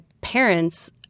parents